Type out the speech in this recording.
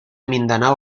mindanao